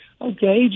okay